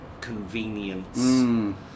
convenience